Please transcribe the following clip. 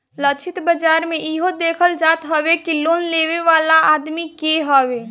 लक्षित बाजार में इहो देखल जात हवे कि लोन लेवे वाला आदमी के हवे